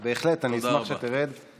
בהחלט, אני אשמח שתרד, תודה רבה.